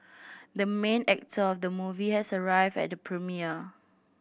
the main actor of the movie has arrived at the premiere